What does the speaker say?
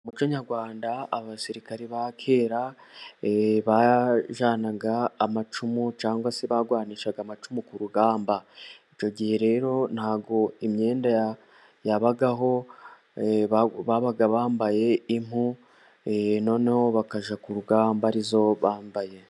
Mu muuco nyarwanda abasirikare ba kera, bajyanaga amacumu cyangwa se bakarwanisha amacumu ku rugamba, icyo gihe rero ntago imyenda yabagaho, babaga bambaye impu, noneho bakajya ku rugamba arizo bambaye.